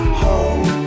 home